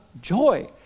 Joy